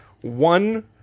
one